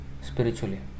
spiritually